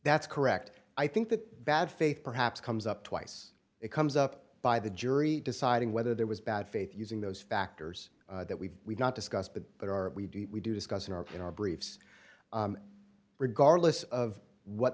that's correct i think that bad faith perhaps comes up twice it comes up by the jury deciding whether there was bad faith using those factors that we've we've not discussed but that are we do we discuss in our in our briefs regardless of what